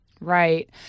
Right